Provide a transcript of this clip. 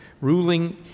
ruling